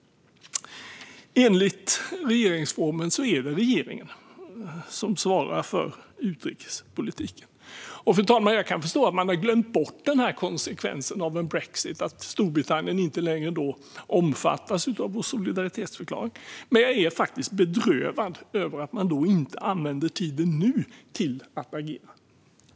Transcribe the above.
Enligt regeringsformen är det regeringen som svarar för utrikespolitiken. Jag kan förstå att man har glömt bort den här konsekvensen av brexit, nämligen att Storbritannien inte längre omfattas av vår solidaritetsförklaring. Men jag är faktiskt bedrövad över att man nu inte använder tiden till att agera.